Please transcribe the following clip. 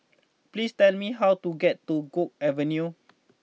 please tell me how to get to Guok Avenue